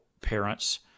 parents